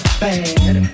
bad